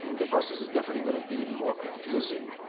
the process is definitely going to be more confusing.